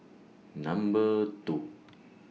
Number two